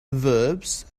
verbs